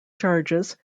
charges